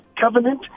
covenant